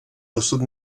dosud